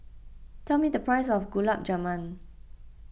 tell me the price of Gulab Jamun